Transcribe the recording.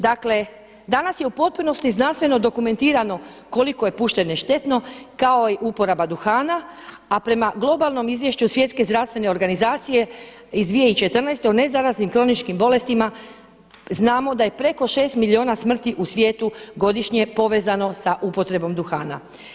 Dakle danas je u potpunosti znanstveno dokumentirano koliko je pušenje štetno kao i uporaba duhana, a prema globalnom izvješću Svjetske znanstvene organizacije iz 2014. o ne zaraznim kroničnim bolestima znamo da je preko šest milijuna smrti u svijetu godišnje povezano sa upotrebom duhana.